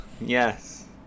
yes